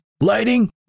lighting